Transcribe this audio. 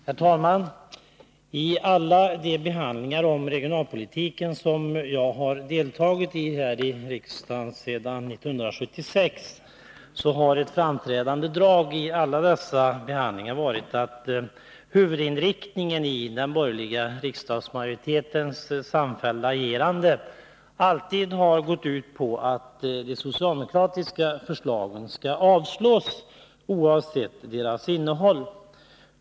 Herr talman! I all behandling beträffande regionalpolitiken som jag deltagit i här i riksdagen alltsedan 1976 har ett framträdande drag varit att huvudinriktningen i den borgerliga riksdagsmajoritetens samfällda agerande gått ut på att de socialdemokratiska förslagen skall avslås oavsett deras innehåll.